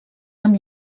amb